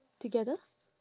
together